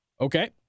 Okay